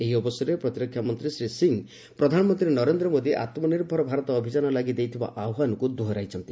ଏହି ଅବସରରେ ପ୍ରତିରକ୍ଷା ମନ୍ତ୍ରୀ ଶ୍ରୀ ସିଂହ ପ୍ରଧାନମନ୍ତ୍ରୀ ନରେନ୍ଦ୍ର ମୋଦୀ ଆତ୍ମନିର୍ଭର ଭାରତ ଅଭିଯାନ ଲାଗି ଦେଇଥିବା ଆହ୍ୱାନକୁ ଦୋହରାଇଛନ୍ତି